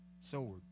sword